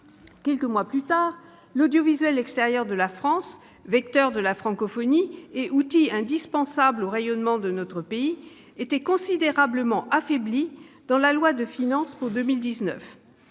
Quelques mois plus tard, l'audiovisuel extérieur de la France, vecteur de la francophonie et outil indispensable au rayonnement de notre pays, était considérablement affaibli dans le projet de loi de finances pour 2019.